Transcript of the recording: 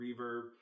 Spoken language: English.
Reverb